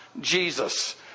Jesus